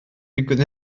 digwydd